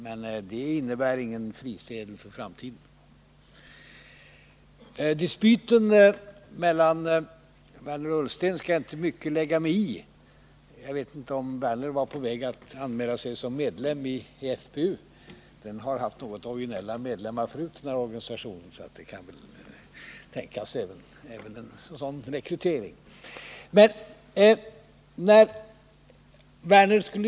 Men det innebär ingen frisedel för framtiden. z Dispyten mellan Lars Werner och Ola Ullsten skall jag inte mycket lägga mig i. Jag vet inte om Lars Werner var på väg att anmäla sig som medlem i FPU -— den organisationen har haft något originella medlemmar förut, så även en sådan rekrytering kan väl tänkas.